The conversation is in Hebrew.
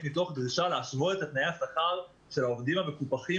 מתוך דרישה להשוות את תנאי השכר של העובדים המקופחים